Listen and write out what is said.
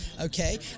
okay